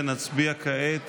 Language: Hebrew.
נצביע כעת